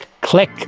click